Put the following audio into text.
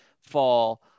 fall